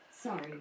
Sorry